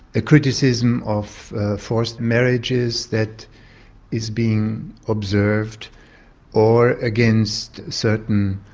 a criticism of forced marriages that is being observed or against certain,